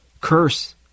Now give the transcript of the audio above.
curse